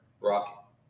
Brock